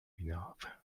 enough